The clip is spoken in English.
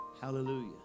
hallelujah